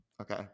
Okay